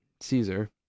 Caesar